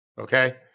Okay